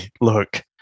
look